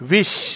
Wish